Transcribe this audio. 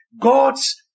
God's